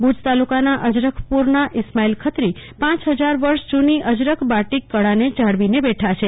ભુજ તાલુકાના અજરખપુરના ઈસ્માઈલ ખત્રી પાંચ હજાર વર્ષ જૂની અજરખ બાટીક કળા ને જાળવી બેઠા છે